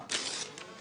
אין לך תב"ע.